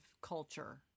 culture